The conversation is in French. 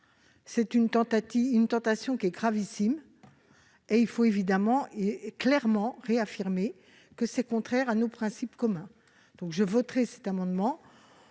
C'est une tentation qui est gravissime, et il faut évidemment, et clairement, réaffirmer qu'elle est contraire à nos principes communs. Je voterai donc cet amendement,